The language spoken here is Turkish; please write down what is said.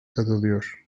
katılıyor